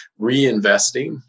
reinvesting